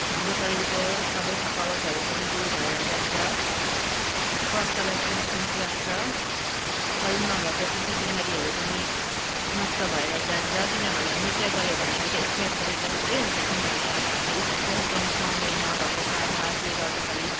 हाम्रो शरीरको सबै थकावटहरू पनि दूर भएर जान्छ स्वास्थ्यलाई पनि ठिक राख्छ शरीरमा भएको के के बिमारीहरू पनि नष्ट भएर जान्छ किनभने नृत्य गऱ्यो भने एउटा एक्सरसाइस गरेकोजस्तै हुन्छ किनभने अब हामी इस एक्सरसाइस गर्नु पाउँदैन घरको कामकाजले गर्दाखेरि